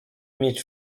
mieć